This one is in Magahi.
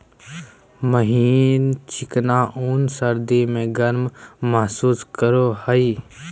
महीन चिकना ऊन सर्दी में गर्म महसूस करेय हइ